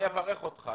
אני אברך אותך.